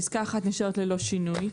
פסקה (1) נשארת ללא שינוי.